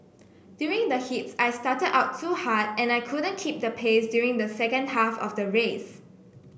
during the heats I started out too hard and I couldn't keep the pace during the second half of the race